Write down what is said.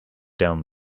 down